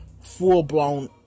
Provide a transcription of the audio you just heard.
full-blown